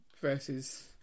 versus